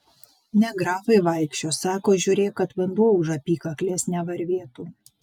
ne grafai vaikščios sako žiūrėk kad vanduo už apykaklės nevarvėtų